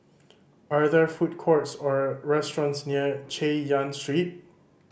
are there food courts or restaurants near Chay Yan Street